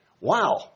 wow